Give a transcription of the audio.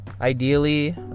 Ideally